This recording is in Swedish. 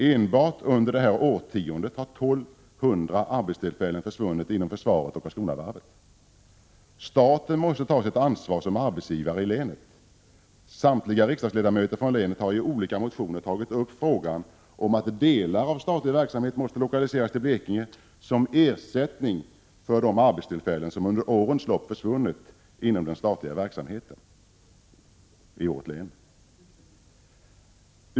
Enbart under det här årtiondet har 1 200 arbetstillfällen försvunnit inom försvaret och Karlskronavarvet. Staten måste ta sitt ansvar som arbetsgivare i länet. Samtliga riksdagsledamöter från länet har i olika motioner påpekat att delar av statlig verksamhet måste lokaliseras till Blekinge som ersättning för de arbetstillfällen som under årens lopp försvunnit inom den statliga verksamheten i länet.